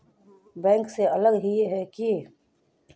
Bank से अलग हिये है की?